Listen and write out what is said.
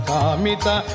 Kamita